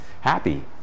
happy